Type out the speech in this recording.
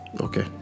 Okay